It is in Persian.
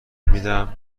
میدم